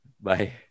Bye